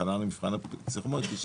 הכנה למבחן הפסיכומטרי,